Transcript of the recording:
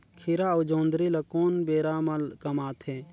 खीरा अउ जोंदरी ल कोन बेरा म कमाथे?